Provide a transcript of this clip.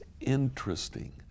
interesting